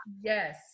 Yes